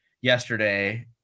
yesterday